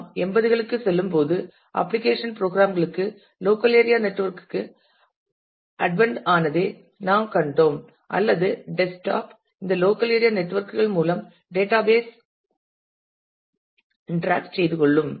நாம் 80 களுக்கு செல்லும்போது அப்ளிகேஷன் ப்ரோக்ராம் ளுக்கு லோக்கல் ஏரியா நெட்வொர்க்கு கள் அட்வன்ட் ஆனதே நாம் கண்டோம் அல்லது டெஸ்க்டாப் இந்த லோக்கல் ஏரியா நெட்வொர்க்கு கள் மூலம் டேட்டாபேஸ் இன்டராக்ட் செய்து கொள்ளும்